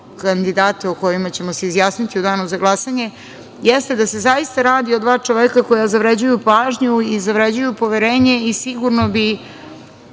kandidate o kojima ćemo se izjasniti u danu za glasanje jeste da se zaista radi o dva čoveka koja zavređuju pažnju i zavređuju poverenje i sigurno bi,